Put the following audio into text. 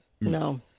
No